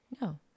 No